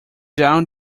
down